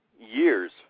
years